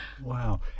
Wow